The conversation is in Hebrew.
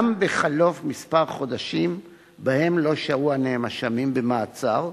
גם בחלוף כמה חודשים שבהם לא שהו הנאשמים במעצר,